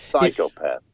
Psychopath